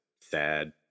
sad